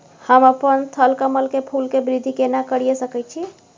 हम अपन थलकमल के फूल के वृद्धि केना करिये सकेत छी?